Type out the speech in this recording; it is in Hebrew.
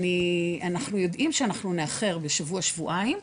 אנחנו יודעים שאנחנו נאחר בשבוע-שבועיים,